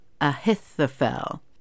Ahithophel